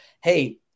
hey